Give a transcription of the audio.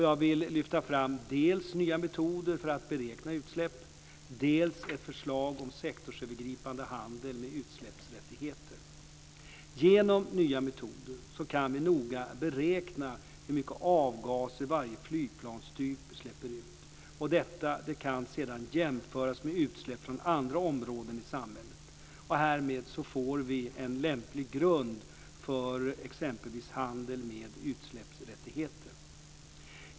Jag vill lyfta fram dels nya metoder för att beräkna utsläpp, dels ett förslag om sektorsövergripande handel med utsläppsrättigheter. Genom nya metoder kan vi noga beräkna hur mycket avgaser varje flygplanstyp släpper ut. Detta kan sedan jämföras med utsläpp från andra områden i samhället. Härmed får vi en lämplig grund för exempelvis handel med utsläppsrättigheter.